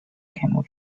camel